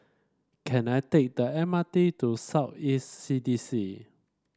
can I take the M R T to South East C D C